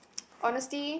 honesty